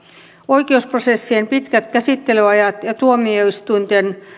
oikeusprosessien pitkät käsittelyajat ja tuomioistuinten